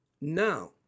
Now